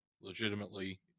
Legitimately